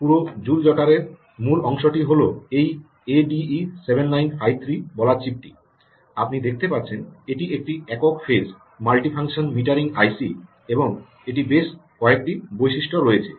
পুরো জুল জটারের মূল অংশটি হল এই এ ডি ই 7953 বলা চিপটি আপনি দেখতে পাচ্ছেন এটি একটি একক phase multifunction metering IC IC এবং এটির বেশ কয়েকটি বৈশিষ্ট্য রয়েছে